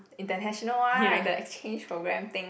international one right the exchange program thing